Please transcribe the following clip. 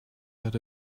out